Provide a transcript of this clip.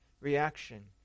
reaction